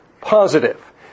positive